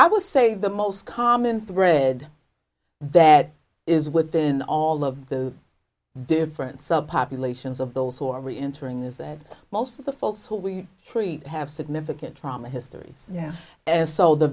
i will say the most common thread that is within all of the difference of populations of those who are reentering is that most of the folks who we treat have significant trauma histories and so the